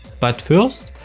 but first,